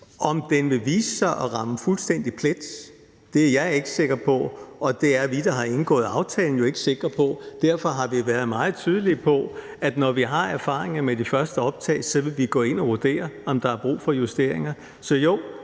Om den vil vise sig at ramme fuldstændig plet, er jeg ikke sikker på, og det er vi, der har indgået aftalen, jo ikke sikre på. Derfor har vi været meget tydelige omkring, at når vi har erfaringer med de første optag, vil vi gå ind og vurdere, om der er brug for justeringer. Så jo,